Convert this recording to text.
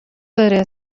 داره